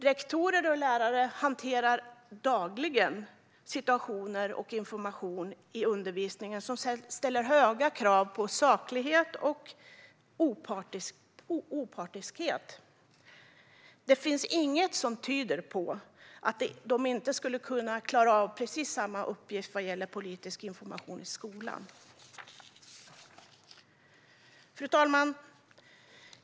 Rektorer och lärare hanterar dagligen situationer och information i undervisningen som ställer höga krav på saklighet och opartiskhet. Det finns inget som tyder på att de inte skulle kunna klara av samma uppgift i förhållande till politisk information i skolan. Fru talman!